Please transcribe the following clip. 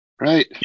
Right